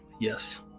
Yes